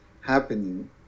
happening